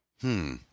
Hmm